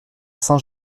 saint